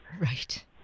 right